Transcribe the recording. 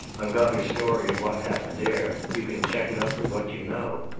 i've got her story of what happened there. you can check it up with what you know.